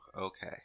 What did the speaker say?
okay